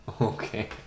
okay